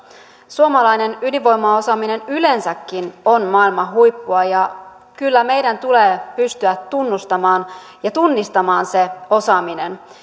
suomalainen ydinvoimaosaaminen yleensäkin on maailman huippua ja kyllä meidän tulee pystyä tunnustamaan ja tunnistamaan se osaaminen